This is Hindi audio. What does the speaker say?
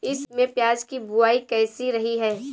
इस ऋतु में प्याज की बुआई कैसी रही है?